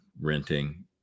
Renting